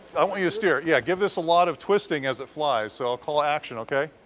i want you to steer. yeah give this a lot of twisting as it flies. so i'll call action okay?